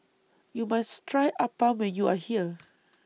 YOU must Try Appam when YOU Are here